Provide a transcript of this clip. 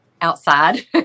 outside